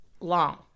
long